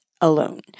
alone